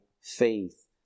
faith